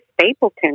Stapleton